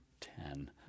ten